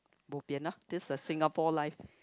bo pian lah this is a Singapore life